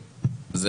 אגב, גם